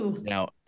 Now